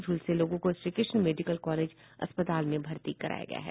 झूलसे लोगों को Shrikrishna medical college अस्पताल में भर्ती कराया गया है